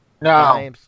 No